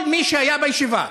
כל מי שהיה בישיבה,